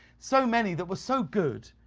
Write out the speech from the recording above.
so many that were so good,